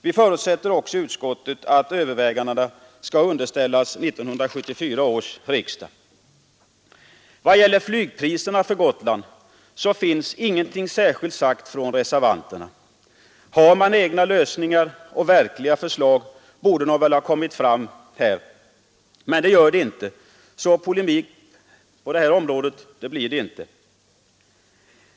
Vi förutsätter också i utskottet att dessa överväganden skall underställas 1974 års riksdag. Vad gäller flygpriserna för Gotland finns ingenting särskilt sagt av reservanterna. Har man egna lösningar och verkliga förslag, borde de väl ha kommit fram här, men det gör de inte — så någon polemik på det området blir det inte.